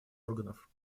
органов